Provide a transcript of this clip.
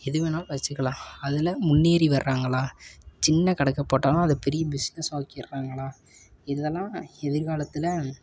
எது வேணாலும் வச்சிக்கலாம் அதில் முன்னேறி வராங்களா சின்ன கணக்கை போட்டாலும் அதை பெரிய பிஸ்னெஸ் ஆக்கிடுறாங்களா இது எல்லாம் எதிர் காலத்தில்